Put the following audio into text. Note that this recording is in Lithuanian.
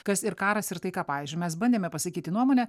kas ir karas ir taika pavyzdžiui mes bandėme pasakyti nuomonę